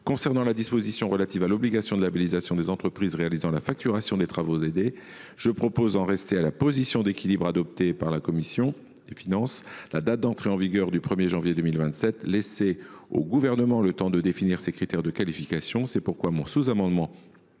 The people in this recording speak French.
Concernant la disposition relative à l’obligation de labellisation des entreprises réalisant la facturation des travaux aidés, je préconise d’en rester à la position d’équilibre adoptée par la commission des finances : la date d’entrée en vigueur du 1 janvier 2027 laissait au Gouvernement le temps de définir des critères de qualification. À l’inverse, je